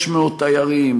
600 תיירים,